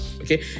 Okay